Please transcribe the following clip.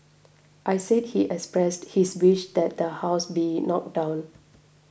I said he expressed his wish that the house be knocked down